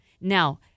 Now